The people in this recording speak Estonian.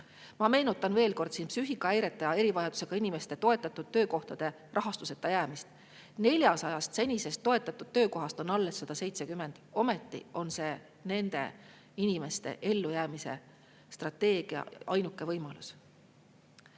meenutan veel kord psüühikahäirete ja erivajadusega inimeste toetatud töökohtade rahastuseta jäämist. Senisest 400 toetatud töökohast on alles 170, ometi on see nende inimeste ellujäämise strateegia ainuke võimalus.